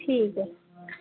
ठीक ऐ